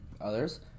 others